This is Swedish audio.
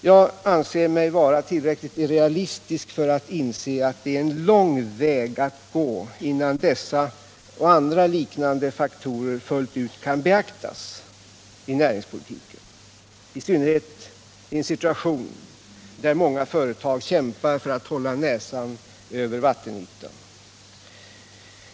Jag anser mig vara tillräckligt realistisk för att inse att det är en lång väg att gå, innan dessa och andra liknande faktorer fullt ut kan beaktas i näringspolitiken, i synnerhet i en situation där många företag kämpar för att hålla näsan över vattenytan.